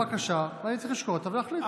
שלחת לי בקשה, אני צריך לשקול אותה ולהחליט.